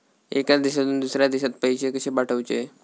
एका देशातून दुसऱ्या देशात पैसे कशे पाठवचे?